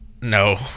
No